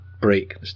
break